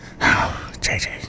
JJ